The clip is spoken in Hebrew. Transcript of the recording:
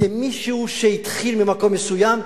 כמישהו שהתחיל ממקום מסוים,